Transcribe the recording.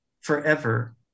forever